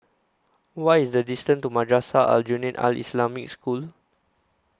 What IS The distance to Madrasah Aljunied Al Islamic School